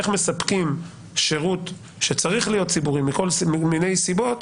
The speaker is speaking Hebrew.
איך מספקים שירות שצריך להיות ציבורי מכל מיני סיבות,